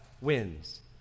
wins